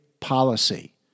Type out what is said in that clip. Policy